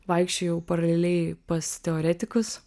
vaikščiojau paraleliai pas teoretikus